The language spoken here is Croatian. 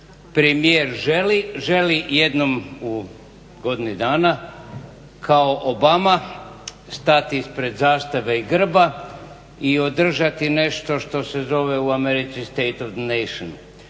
želi, želi jednom u godini dana kao Obama stati ispred zastave i grba i održati nešto što se zove u Americi state of nation.